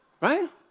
right